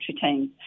teams